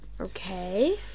Okay